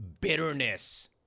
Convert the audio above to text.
bitterness